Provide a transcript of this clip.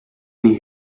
sie